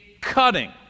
cutting